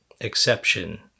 exception